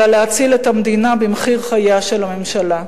אלא להציל את המדינה במחיר חייה של הממשלה.